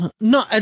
No